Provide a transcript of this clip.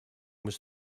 was